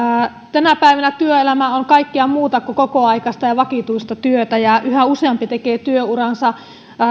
tänä päivän työelämä on kaikkea muuta kuin kokoaikaista ja vakituista työtä yhä useampi tekee työuransa